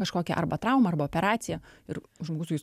kažkokią arba traumą arba operaciją ir žmogus sakys